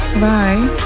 bye